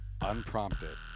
unprompted